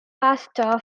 pastor